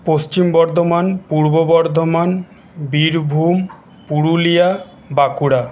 Paschim Bardhaman Purba Bardhaman Birbhum Purulia Bankura